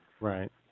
Right